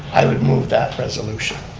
i would move that resolution.